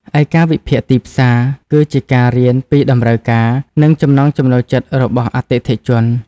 ឯការវិភាគទីផ្សារ គឺជាការរៀនពីតម្រូវការ និងចំណង់ចំណូលចិត្តរបស់អតិថិជន។